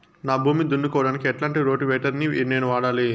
నా భూమి దున్నుకోవడానికి ఎట్లాంటి రోటివేటర్ ని నేను వాడాలి?